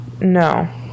No